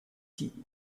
die